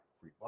Free